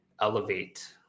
elevate